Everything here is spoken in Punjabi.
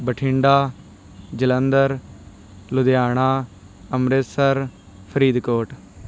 ਬਠਿੰਡਾ ਜਲੰਧਰ ਲੁਧਿਆਣਾ ਅੰਮ੍ਰਿਤਸਰ ਫਰੀਦਕੋਟ